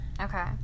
Okay